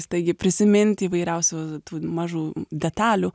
staigiai prisiminti įvairiausių tų mažų detalių